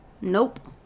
nope